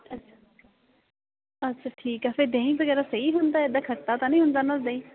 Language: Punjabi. ਅਛ ਅੱਛਾ ਠੀਕ ਆ ਫਿਰ ਦਹੀਂ ਵਗੈਰਾ ਸਹੀ ਹੁੰਦਾ ਇੱਦਾਂ ਖੱਟਾ ਤਾਂ ਨਹੀਂ ਹੁੰਦਾ ਨਾ ਦਹੀਂ